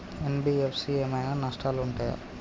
NBFC ఏమైనా నష్టాలు ఉంటయా?